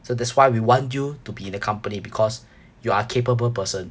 so that's why we want you to be in the company because you are a capable person